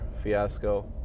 fiasco